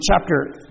chapter